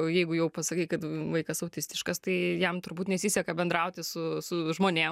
jeigu jau pasakai kad vaikas autistiškas tai jam turbūt nesiseka bendrauti su su žmonėm